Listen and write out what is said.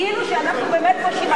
כאילו אנחנו באמת פושעים,